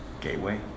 Gateway